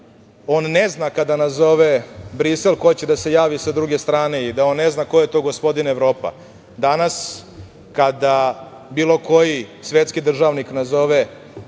on ne zna kada nazove Brisel ko će da se javi sa druge strane i da on ne zna ko je to „gospodin Evropa“. Danas kada bilo koji svetski državnik nazove